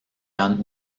han